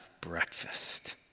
breakfast